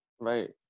Right